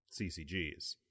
CCGs